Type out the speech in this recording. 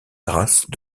grâces